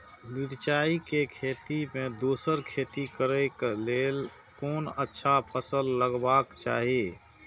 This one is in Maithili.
मिरचाई के खेती मे दोसर खेती करे क लेल कोन अच्छा फसल लगवाक चाहिँ?